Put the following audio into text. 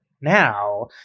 now